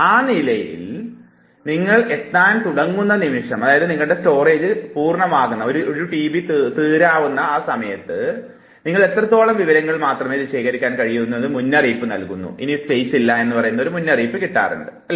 ആ നിലയിലേക്ക് നിങ്ങൾ എത്താൻ തുടങ്ങുന്ന നിമിഷം അത് നിങ്ങൾക്ക് ഇത്രത്തോളം വിവരങ്ങൾ മാത്രമേ ഇനി ശേഖരിക്കാൻ കഴിയൂ എന്നൊരു മുന്നറിയിപ്പ് നൽകുന്നു എന്തെന്നാൽ ഈ എക്സ്റ്റേണൽ സ്റ്റോറേജ് ഡിവൈസിൻറെ പരിധിയിൽ എത്തപ്പെട്ടതുകൊണ്ടാണ്